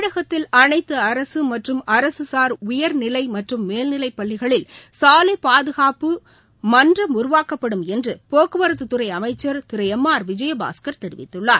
தமிழகத்தில் அனைத்து அரசு மற்றும் அரசுசார் உயர்நிலை மற்றும் மேல்நிலைப் பள்ளிகளில் சாலை பாதுகாப்பு மன்றம் உருவாக்கப்படும் என்று போக்குவரத்துத் துறை அமைச்ச் திரு எம் ஆர் விஜயபாஸ்கர் தெரிவித்குள்ளார்